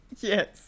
Yes